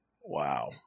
Wow